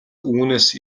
үүнээс